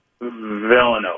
Villanova